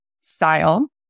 style